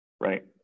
right